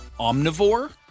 omnivore